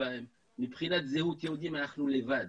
אבל מבחינת הזהות היהודית אנחנו לבד.